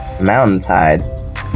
mountainside